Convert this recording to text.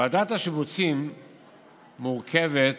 ועדת השיבוצים מורכבת